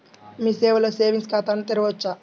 మీ సేవలో సేవింగ్స్ ఖాతాను తెరవవచ్చా?